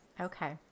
Okay